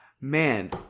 man